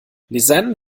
lisann